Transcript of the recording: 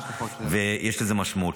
ויש לזה משמעות.